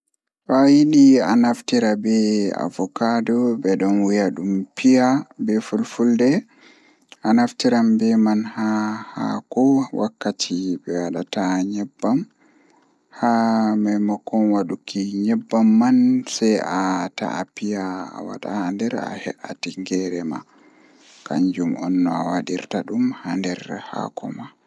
Jamanu ko saali be jamanu jotta feerotiri masin, Eh dalila bo kanjum woni naane be jamanu jooni ko dume hoiti naa ba naane kujeeji jei nane gada daya satodo amma jooni hundeeji man gaba daya hoyi ko a andi fuu.